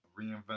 Reinvent